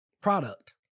product